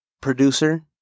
producer